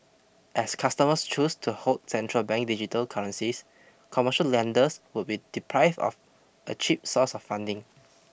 as customers choose to hold central bank digital currencies commercial lenders would be deprived of a cheap source of funding